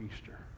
Easter